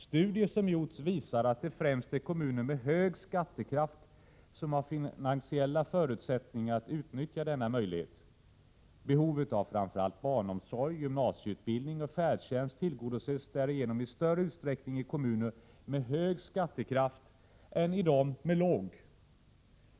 Studier som gjorts visar att det främst är kommuner med hög”skattekraft som har finansiella förutsättningar att utnyttja denna möjlighet. Behovet av framför allt barnomsorg, gymnasieutbildning och färdtjänst tillgodoses därigenom i större utsträckning i kommuner med hög skattekraft än i de med låg.